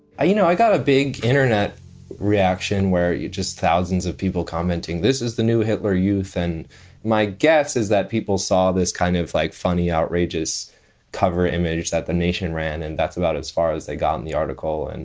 i you know, i got a big internet reaction where you just thousands of people commenting, this is the new hitler youth. and my guess is that people saw this kind of like funny, outrageous cover image that the nation ran. and that's about as far as they got in the article. and